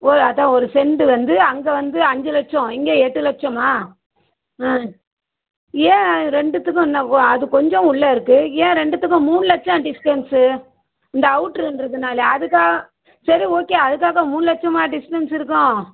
ஒ அதான் ஒரு செண்டு வந்து அங்கே வந்து அஞ்சு லட்சம் இங்கே எட்டு லட்சமாக ஆ ஏன் ரெண்டுத்துக்கும் என்ன ஓ அது கொஞ்சம் உள்ளே இருக்கு ஏன் ரெண்டுத்துக்கும் மூணு லட்சம் டிஸ்ட்டன்ஸு இந்த அவுட்ருன்றதுனாலயா அதுக்காக சரி ஓகே அதுக்காக மூணு லட்சமாக டிஸ்ட்டன்ஸ் இருக்கும்